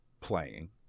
playing